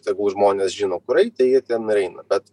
tegul žmonės žino kur eiti jie ten ir eina bet